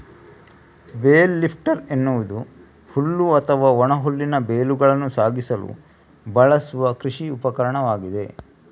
bale lifter ಎನ್ನುವುದು ಹುಲ್ಲು ಅಥವಾ ಒಣ ಹುಲ್ಲಿನ ಬೇಲುಗಳನ್ನು ಸಾಗಿಸಲು ಬಳಸುವ ಕೃಷಿ ಉಪಕರಣವಾಗಿದೆ